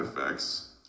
effects